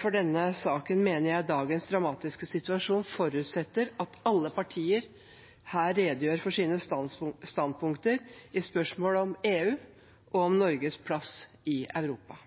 for denne saken mener jeg at dagens dramatiske situasjon forutsetter at alle partier her redegjør for sine standpunkter i spørsmålet om EU og Norges plass i Europa,